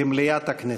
במליאת הכנסת.